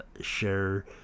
share